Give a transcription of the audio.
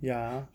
ya